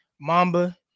Mamba